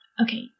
Okay